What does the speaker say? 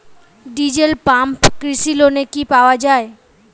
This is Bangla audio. ডিজেল পাম্প কৃষি লোনে কি পাওয়া য়ায়?